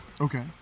okay